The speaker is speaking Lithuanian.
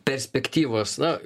perspektyvos na